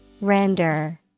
render